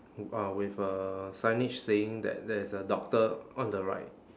uh with a signage saying that there is a doctor on the right